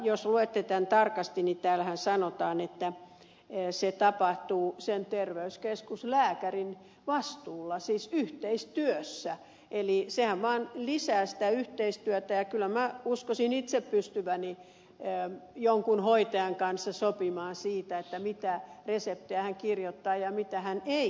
jos luette tämän tarkasti niin täällähän sanotaan että se tapahtuu sen terveyskeskuslääkärin vastuulla siis yhteistyössä eli sehän vaan lisää sitä yhteistyötä ja kyllä minä uskoisin itse pystyväni jonkun hoitajan kanssa sopimaan siitä mitä reseptejä hän kirjoittaa ja mitä hän ei kirjoita